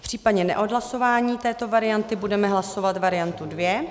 V případě neodhlasování této varianty budeme hlasovat variantu dvě.